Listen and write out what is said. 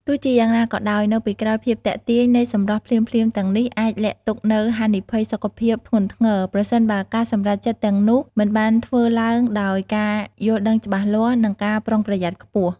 ទោះជាយ៉ាងណាក៏ដោយ នៅពីក្រោយភាពទាក់ទាញនៃសម្រស់ភ្លាមៗទាំងនេះ អាចលាក់ទុកនូវហានិភ័យសុខភាពធ្ងន់ធ្ងរ ប្រសិនបើការសម្រេចចិត្តទាំងនោះមិនបានធ្វើឡើងដោយការយល់ដឹងច្បាស់លាស់ និងការប្រុងប្រយ័ត្នខ្ពស់។